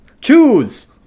Choose